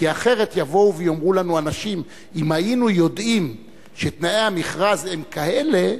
כי אחרת יבואו ויאמרו לנו אנשים: אם היינו יודעים שתנאי המכרז הם כאלה,